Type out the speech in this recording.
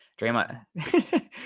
Draymond